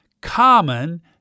common